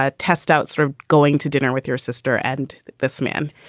ah test outs or going to dinner with your sister and this man.